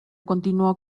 continuó